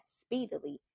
speedily